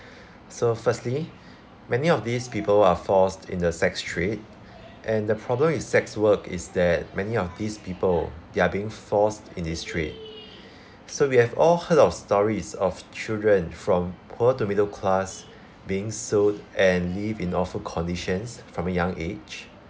so firstly many of these people are forced in the sex trade and the problem is sex work is that many of these people they're being forced in this trade so we have all heard of stories of children from poor to middle class being sold and live in awful conditions from a young age